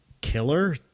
killer